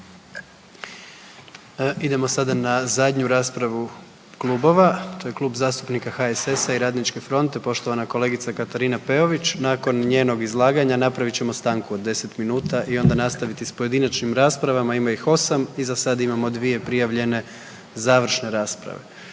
Idemo sada na zadnju raspravu klubova, to je Klub zastupnika HSS-a i Radničke fronte, poštovana kolegica Katarina Peović. Nakon njenog izlaganja napravit ćemo stanku od 10 minuta i onda nastaviti sa pojedinačnim raspravama. Ima ih 8 i za sad imamo dvije prijavljene završne rasprave.